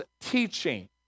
teaching